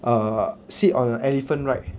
err sit on a elephant ride